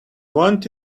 want